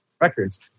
records